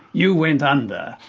you went under.